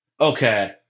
Okay